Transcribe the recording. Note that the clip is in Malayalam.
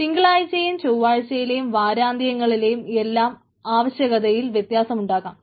തിങ്കളാഴ്ചയിലേയും ചൊവ്വാഴ്ചയിലേയും വാരാന്ത്യങ്ങളിലേയും എല്ലാം ആവശ്യകതയിൽ വ്യത്യാസം ഉണ്ടാകാം